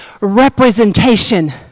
representation